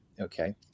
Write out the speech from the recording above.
Okay